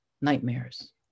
nightmares